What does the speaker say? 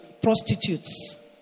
prostitutes